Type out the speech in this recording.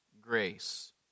Grace